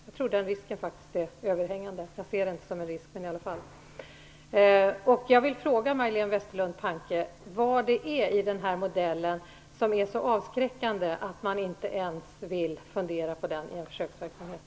Jag tror att den risken är överhängande, även om jag inte ser det som en risk. Jag vill fråga Majléne Westerlund Panke vad det är i den här modellen som är så avskräckande att man inte ens vill fundera på den i en försöksverksamhet.